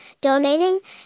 donating